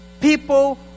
people